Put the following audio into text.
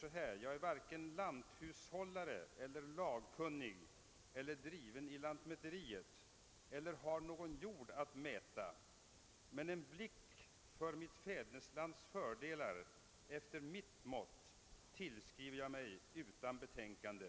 Han sade: »Jag är varken lanthushållare eller lagkunnig eller driven i lantmäteriet eller har någon jord att mäta. Men en blick för mitt fäderneslands fördelar efter mitt mått, tillskriver jag mig utan betänkande.